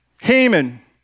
Haman